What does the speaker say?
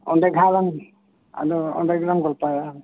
ᱚᱸᱰᱮ ᱜᱮᱦᱟᱜ ᱞᱟᱝ ᱟᱫᱚ ᱚᱰᱮ ᱜᱮᱞᱟᱝ ᱜᱚᱞᱯᱚᱭᱟ